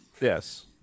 Yes